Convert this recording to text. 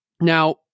Now